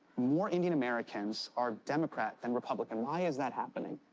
more indian americans are democrat than republican, why is that happening?